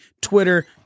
Twitter